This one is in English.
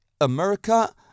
America